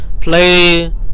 play